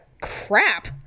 crap